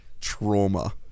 trauma